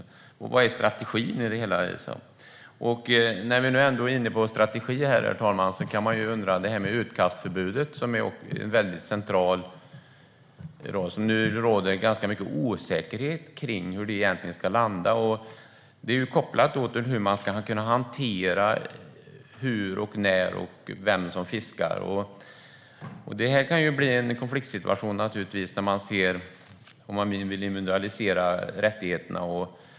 Vad är strategin i det hela? När vi nu är inne på strategi, herr talman, kan man undra över utkastförbudet, som är väldigt centralt. Det råder nu ganska mycket osäkerhet kring hur det egentligen ska landa. Det är kopplat till hur man ska hantera frågor om vem som fiskar och hur och när det sker. Det kan naturligtvis bli en konfliktsituation om man vill individualisera rättigheterna.